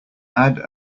add